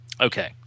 okay